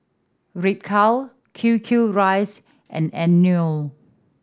Ripcurl Q Q Rice and Anello